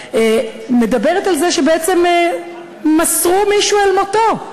מדברת על זה שבעצם מסרו מישהו אל מותו.